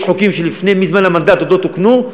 יש חוקים שמזמן המנדט עוד לא תוקנו,